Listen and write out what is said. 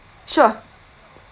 sure